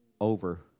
over